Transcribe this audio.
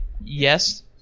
yes